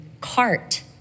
cart